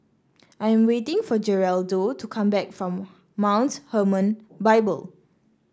I am waiting for Geraldo to come back from Mount Hermon Bible